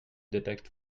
detect